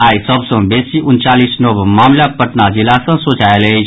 आई सभ सँ बेसी उनचालीस नव मामिला पटना जिला सँ सोझा आयल अछि